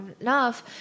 enough